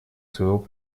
своего